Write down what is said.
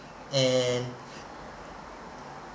and